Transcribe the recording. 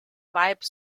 vibe